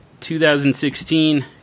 2016